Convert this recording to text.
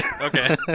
Okay